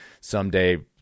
someday